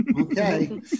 Okay